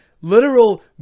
literal